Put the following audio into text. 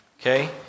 Okay